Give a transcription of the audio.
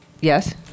yes